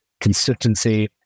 consistency